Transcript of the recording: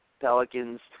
Pelicans